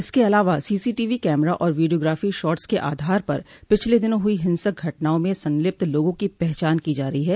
इसके अलावा CCTV camera और वीडियोग्राफो शॉटस के आधार पर पिछले दिनों हुई हिंसक घटनाओं में संलिप्त लोगों की पहचान की जा रही है